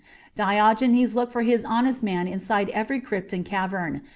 diogenes looked for his honest man inside every crypt and cavern,